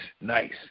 nice